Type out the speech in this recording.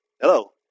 Hello